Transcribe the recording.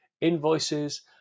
Invoices